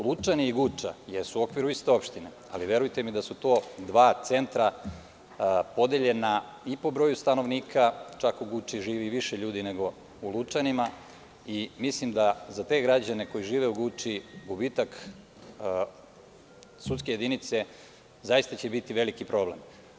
Lučani i Guča jesu u okviru iste opštine, ali verujte mi da su to dva centra podeljena i po broju stanovnika, čak u Guči živi više ljudi nego u Lučanima, i mislim da će za te građane, koji žive u Guči, gubitak sudske jedinice biti veliki problem.